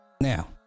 Now